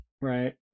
right